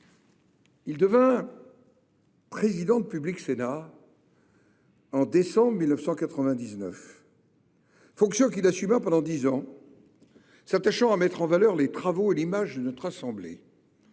Il devint président de Public Sénat en décembre 1999, fonction qu’il assuma pendant dix ans, s’attachant à mettre en valeur les travaux et l’image de notre assemblée.